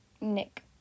Nick